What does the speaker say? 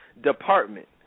department